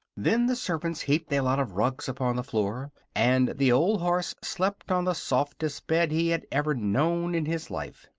then the servants heaped a lot of rugs upon the floor and the old horse slept on the softest bed he had ever known in his life.